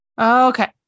okay